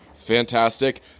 fantastic